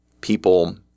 people